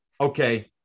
Okay